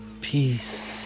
peace